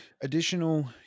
additional